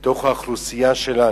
בתוך האוכלוסייה שלנו,